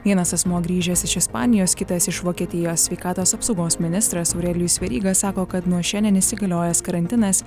vienas asmuo grįžęs iš ispanijos kitas iš vokietijos sveikatos apsaugos ministras aurelijus veryga sako kad nuo šiandien įsigaliojęs karantinas